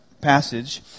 passage